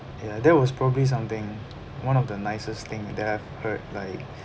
ya that was probably something one of the nicest thing that I've heard like